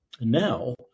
now